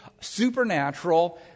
supernatural